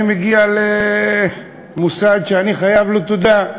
אני מגיע למוסד שאני חייב לו תודה,